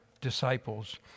disciples